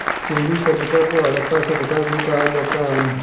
सिंधु सभ्यता को हड़प्पा सभ्यता भी कहा जाता है